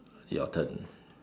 your turn